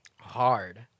hard